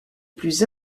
plus